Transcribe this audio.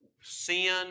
Sin